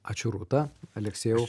ačiū rūta aleksiejau